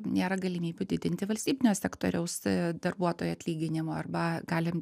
nėra galimybių didinti valstybinio sektoriaus darbuotojų atlyginimo arba galim